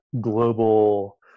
global